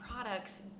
products